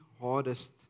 hardest